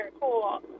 Cool